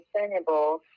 sustainable